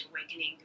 awakening